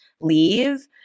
leave